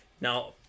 Now